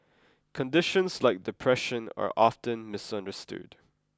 conditions like depression are often misunderstood